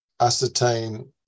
ascertain